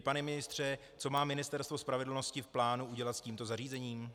Pane ministře, co má Ministerstvo spravedlnosti v plánu udělat s tímto zařízením?